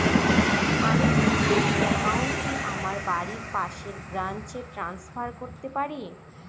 আমি কি এই একাউন্ট টি আমার বাড়ির পাশের ব্রাঞ্চে ট্রান্সফার করতে পারি?